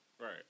Right